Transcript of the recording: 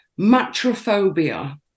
matrophobia